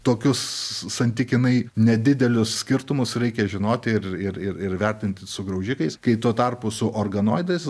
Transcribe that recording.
tokius santykinai nedidelius skirtumus reikia žinoti ir ir ir vertinti su graužikais kai tuo tarpu su organoidais